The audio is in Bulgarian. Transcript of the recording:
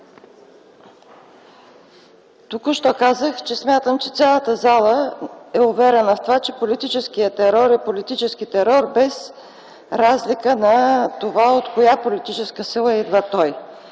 от неговия цвят. Смятам, че цялата зала е уверена в това. Политическият терор е политически терор без разлика на това от коя политическа сила идва.